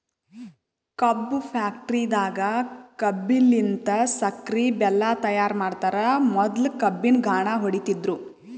ಕಬ್ಬ್ ಫ್ಯಾಕ್ಟರಿದಾಗ್ ಕಬ್ಬಲಿನ್ತ್ ಸಕ್ಕರಿ ಬೆಲ್ಲಾ ತೈಯಾರ್ ಮಾಡ್ತರ್ ಮೊದ್ಲ ಕಬ್ಬಿನ್ ಘಾಣ ಹೊಡಿತಿದ್ರು